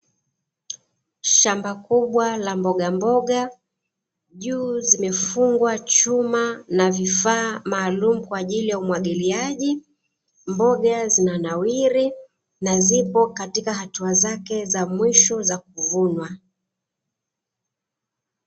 Shamba kubwa la mbogamboga juu zimefungwa chuma na vifaa maalumu kwaajili ya umwagiiaji, mboga zimenawiri na zipo katika atua zake za mwisho za kuvunwa.